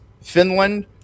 Finland